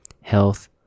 health